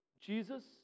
Jesus